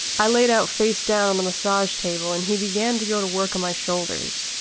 i laid out face down on the massage table and he began to go to work on my shoulders.